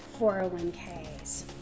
401ks